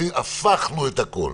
הפכנו את הכל.